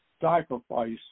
sacrifice